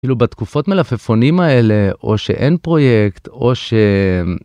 כאילו בתקופות מלפפונים האלה, או שאין פרויקט, או ש...